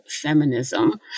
feminism